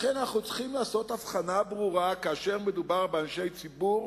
לכן, כאשר מדובר באנשי ציבור